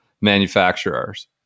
manufacturers